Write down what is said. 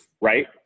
Right